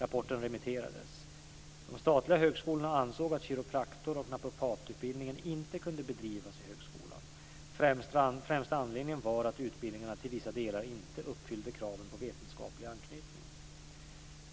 Rapporten remitterades. De statliga högskolorna ansåg att kiropraktor och naprapatutbildningen inte kunde bedrivas i högskolan. Främsta anledningen var att utbildningarna till vissa delar inte uppfyllde kraven på vetenskaplig anknytning.